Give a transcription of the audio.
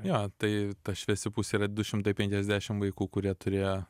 jo tai ta šviesi pusė yra du šimtai penkiasdešim vaikų kurie turėjo